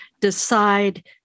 decide